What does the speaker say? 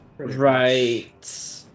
Right